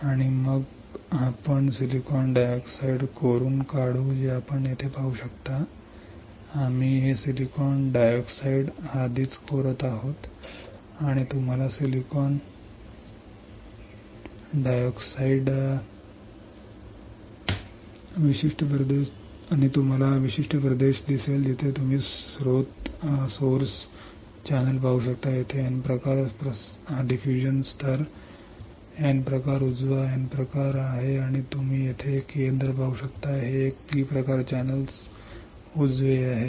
आणि मग आपण सिलिकॉन डायऑक्साइड खोदून काढू जे आपण येथे पाहू शकता आम्ही हे सिलिकॉन डायऑक्साइड आधीच खोदत आहोत आणि आम्हाला सिलिकॉन डायऑक्साइड खोदणे होते जेव्हा आम्ही सिलिकॉन डायऑक्साइड खोदतो तेव्हा तुम्हाला हा विशिष्ट प्रदेश दिसेल जिथे तुम्ही स्त्रोत ड्रेन पाहू शकता तेथे N प्रकार प्रसार स्तर N प्रकार N प्रकार आहे आणि तुम्ही येथे एक केंद्र पाहू शकता हे एक P प्रकार चॅनेल आहे